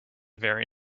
very